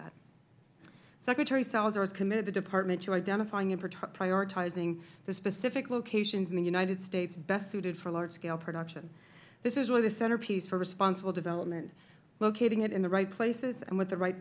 that secretary salazar has committed the department to identifying and prioritizing the specific locations in the united states best suited for large scale production this is really the centerpiece for responsible development locating it in the right places and with the right